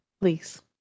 Please